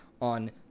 on